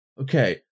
okay